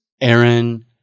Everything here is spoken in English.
Aaron